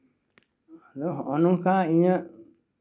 ᱟᱫᱚ ᱦᱚᱸᱜᱼᱚ ᱱᱚᱝᱠᱟ ᱤᱧᱟᱹᱜ